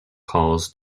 calls